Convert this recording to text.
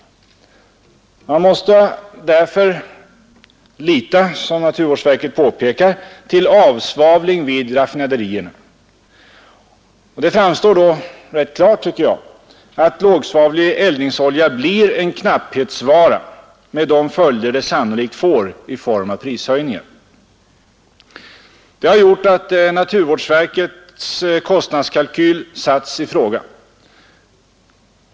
Man måste därför, som naturvårdsverket påpekar, lita till avsvavling vid raffinaderierna. Det framstår klart, tycker jag, att lågsvavlig eldningsolja blir en knapphetsvara med de följder det sannolikt får i form av prishöjningar. Detta har gjort att naturvårdsverkets kostnadskalkyl satts i fråga.